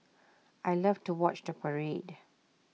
I love to watch the parade